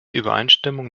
übereinstimmung